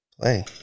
play